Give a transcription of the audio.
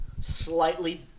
slightly